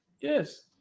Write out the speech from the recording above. Yes